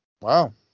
Wow